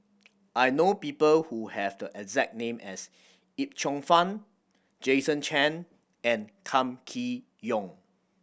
I know people who have the exact name as Yip Cheong Fun Jason Chan and Kam Kee Yong